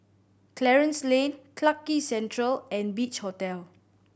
Clarence Lane Clarke Quay Central and Beach Hotel